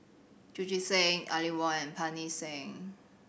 Chu Chee Seng Aline Wong and Pancy Seng